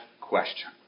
question